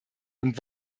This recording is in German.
und